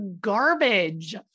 garbage